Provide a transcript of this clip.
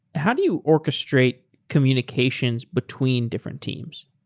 how do you orchestrate communications between different teams?